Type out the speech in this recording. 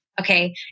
Okay